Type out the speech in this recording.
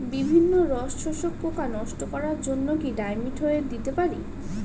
বিভিন্ন রস শোষক পোকা নষ্ট করার জন্য কি ডাইমিথোয়েট দিতে পারি?